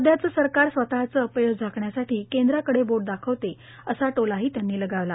सध्याचं सरकार स्वतःचं अपयश झाकण्यासाठी केंद्राकडे बोट दाखवते असा टोलाही त्यांनी लगावला